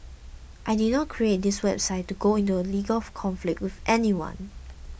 I did not create this website to go into a legal conflict with anyone